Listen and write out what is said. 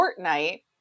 Fortnite